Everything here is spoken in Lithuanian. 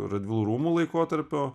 radvilų rūmų laikotarpio